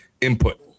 input